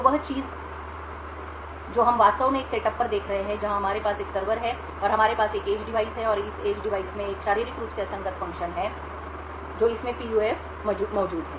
तो वह चीज जो हम वास्तव में एक सेटअप पर देख रहे हैं जहां हमारे पास एक सर्वर है और हमारे पास एक एज डिवाइस है और इस एज डिवाइस में एक शारीरिक रूप से असंगत फ़ंक्शन हैफिजिकली अन क्लोनेबल फंक्शन्स जो इसमें PUF मौजूद है